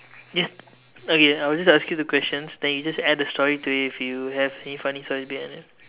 yes okay I will just ask you the questions then you just add a story to it if you have any funny story behind it